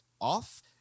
off